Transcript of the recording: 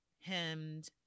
hemmed